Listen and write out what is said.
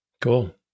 Cool